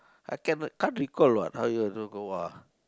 I cann~ can't recall what how you want to go ah